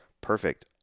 Perfect